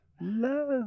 love